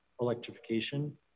electrification